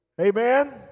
Amen